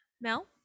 Mel